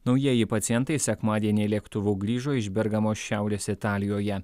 naujieji pacientai sekmadienį lėktuvu grįžo iš bergamo šiaurės italijoje